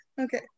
okay